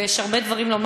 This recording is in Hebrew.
ויש הרבה דברים לומר.